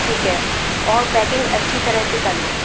ठीक है और पैकिंग अच्छी तरह से करना